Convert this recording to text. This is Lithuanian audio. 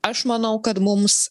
aš manau kad mums